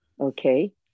okay